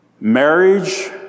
Marriage